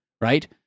right